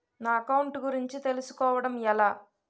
నా అకౌంట్ గురించి తెలుసు కోవడం ఎలా?